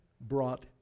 brought